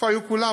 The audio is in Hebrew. איפה היו כולם?